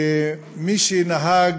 שמי שנהג,